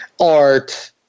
art